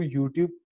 YouTube